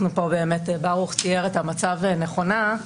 ברוך תיאר את המצב נכונה.